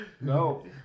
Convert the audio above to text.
no